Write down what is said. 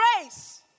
grace